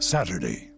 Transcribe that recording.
Saturday